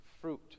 fruit